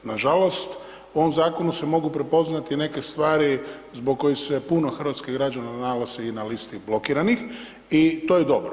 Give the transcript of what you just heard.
Nažalost, u ovom zakonu se mogu prepoznati neke stvari zbog koji se puno hrvatskih građana nalazi i na listi blokiranih i to je dobro.